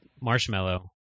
marshmallow